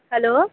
hello